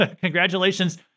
congratulations